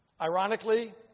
Ironically